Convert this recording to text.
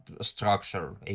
structure